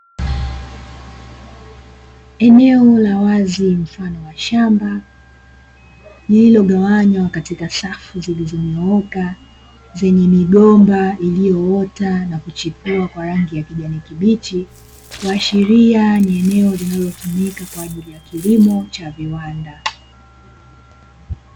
Eneo la wazi mfano wa shamba, lililogawanywa katika safu zilizonyooka, zenye migomba iliyoota na kuchipua kwa rangi ya kijani kibichi, kuashiria ni eneo linalotumika kwa ajili ya kilimo cha viwanda.